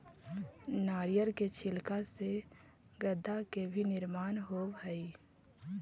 नारियर के छिलका से गद्दा के भी निर्माण होवऽ हई